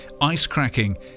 ice-cracking